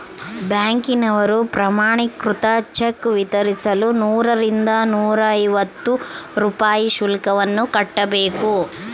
ಬ್ಯಾಂಕಿನವರು ಪ್ರಮಾಣೀಕೃತ ಚೆಕ್ ವಿತರಿಸಲು ನೂರರಿಂದ ನೂರೈವತ್ತು ರೂಪಾಯಿ ಶುಲ್ಕವನ್ನು ಕಟ್ಟಬೇಕು